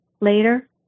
later